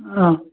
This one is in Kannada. ಹಾಂ